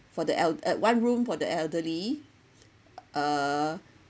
for the el~ uh one room for the elderly uh